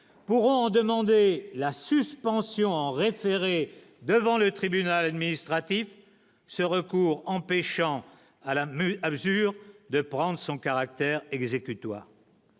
Pour en demander la suspension en référé. Devant le tribunal administratif, ce recours en pêchant à la main, à mesure de prendre son caractère exécutoire.